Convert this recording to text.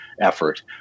effort